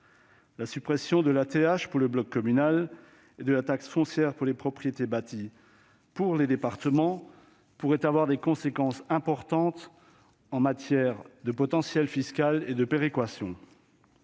La suppression de la TH pour le bloc communal et celle de la taxe foncière sur les propriétés bâties pour les départements pourraient avoir des conséquences importantes en matière de potentiel fiscal et de péréquation.